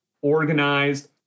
organized